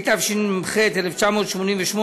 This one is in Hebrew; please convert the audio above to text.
התשנ"ח 1988,